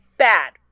bad